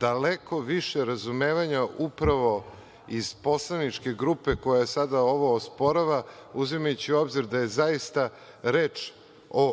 daleko više razumevanja upravo iz poslaničke grupe koja sad ovo osporava, uzimajući u obzir da je zaista reč o